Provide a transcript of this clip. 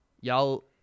Y'all